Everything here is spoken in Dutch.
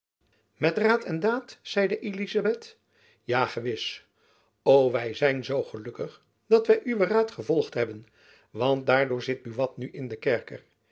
met raad en daad zeide elizabeth ja gewis o wy zijn zoo gelukkig dat wy uwen raad jacob van lennep elizabeth musch gevolgd hebben want daardoor zit buat nu in den kerker